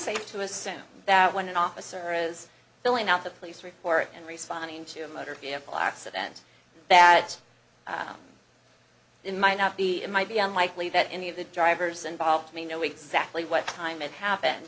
assume that when an officer is filling out the police report and responding to a motor vehicle accident that in might not be it might be unlikely that any of the drivers involved may know exactly what time it happened